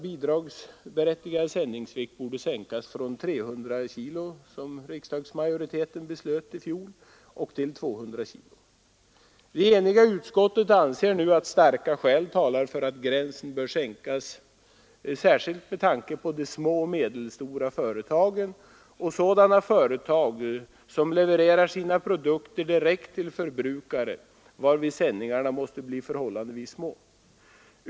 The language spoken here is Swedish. berättigade sändningsvikt skulle sänkas från 300 kg, som riksdagsmajoriteten beslöt i fjol, till 200 kg. Det eniga utskottet anser nu att starka skäl talar för att gränsen bör sänkas, särskilt med tanke på de små och medelstora företagen och sådana företag som levererar sina produkter direkt till förbrukare, varvid sändningarna måste bli förhållandevis små.